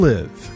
Live